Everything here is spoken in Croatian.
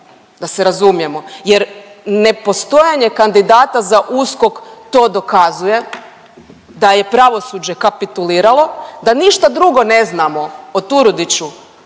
da se razumijemo, jer nepostojanje kandidata za USKOK to dokazuje da je pravosuđe kapituliralo, da ništa drugo ne znamo o Turudiću